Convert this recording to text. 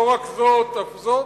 לא זאת אף זאת,